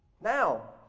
Now